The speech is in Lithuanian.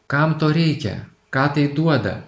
kam to reikia ką tai duoda